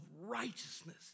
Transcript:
righteousness